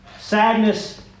Sadness